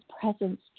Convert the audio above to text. presence